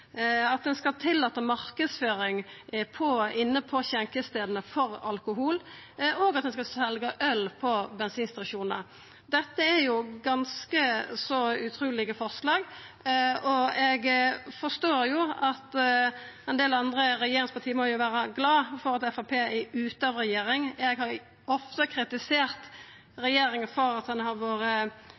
At ein skal tillata marknadsføring for alkohol inne på skjenkestadene, og at ein skal selja øl på bensinstasjonar, er ganske utrulege forslag, og eg forstår jo at ein del regjeringsparti må vera glade for at Framstegspartiet er ute av regjering. Eg har ofte kritisert regjeringa for å ha vore for lite djerv i alkoholpolitikken, men no forstår eg kvifor. Når Framstegspartiet har vore